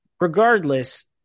Regardless